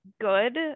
good